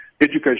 education